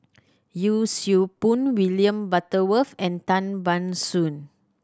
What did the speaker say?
Yee Siew Pun William Butterworth and Tan Ban Soon